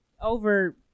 over